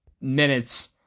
minutes